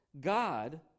God